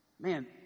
Man